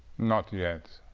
not yet